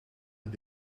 het